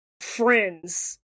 friends